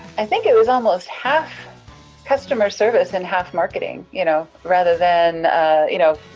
i think it was almost half customer service and half marketing, y'know, rather than you know